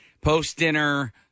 post-dinner